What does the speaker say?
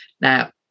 Now